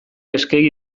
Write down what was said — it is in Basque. eskegi